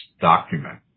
document